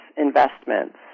investments